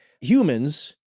humans